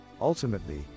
Ultimately